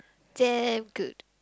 damn good